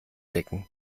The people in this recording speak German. decken